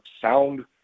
sound